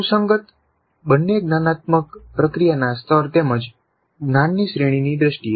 સુસંગત બંને જ્ઞાનાત્મક પ્રક્રિયાના સ્તર તેમજ જ્ઞાનની શ્રેણીની દ્રષ્ટિએ